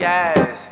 Yes